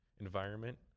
environment